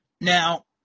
Now